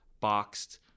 Boxed